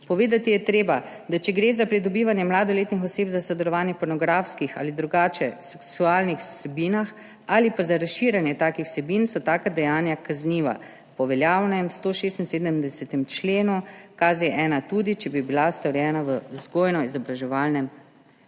Povedati je treba, da če gre za pridobivanje mladoletnih oseb za sodelovanje v pornografskih ali drugače seksualnih vsebinah ali pa za razširjanje takih vsebin, so taka dejanja kazniva po veljavnem 176. členu KZ-1, tudi če bi bila storjena v vzgojno-izobraževalnem